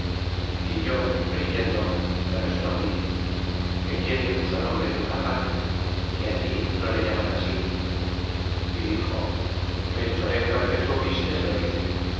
e yo riyendo le respondí que quién le puso nombre yucatan que allí no le llaman así e dixo melchorejo el que truxistes lo dice